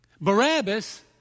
Barabbas